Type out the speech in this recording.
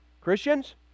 Christians